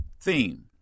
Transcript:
theme